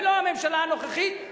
ולא הממשלה הנוכחית,